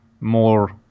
more